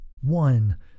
One